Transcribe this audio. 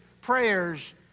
prayers